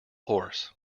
horse